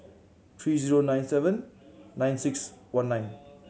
three zero nine seven nine six one nine